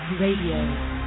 Radio